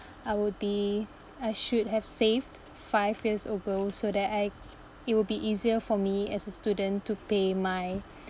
I would be I should have saved five years ago so that I it will be easier for me as a student to pay my